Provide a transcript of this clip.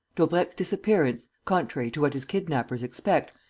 daubrecq's disappearance, contrary to what his kidnappers expect,